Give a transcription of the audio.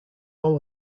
all